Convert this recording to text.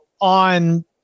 on